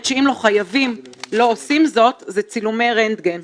שאם לא חייבים לא עושים זאת זה צילומי רנטגן.